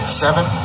seven